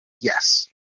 Yes